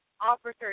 officers